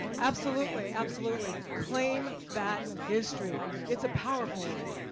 absolutely, absolutely. claim that history, it's a powerful one.